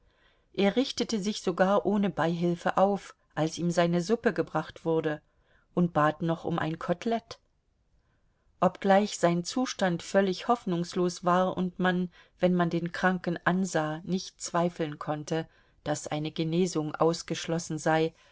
er richtete sich sogar ohne beihilfe auf als ihm seine suppe gebracht wurde und bat noch um ein kotelett obgleich sein zustand völlig hoffnungslos war und man wenn man den kranken ansah nicht zweifeln konnte daß eine genesung ausgeschlossen sei